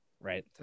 right